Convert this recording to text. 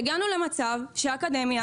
והגענו למצב שאקדמיה,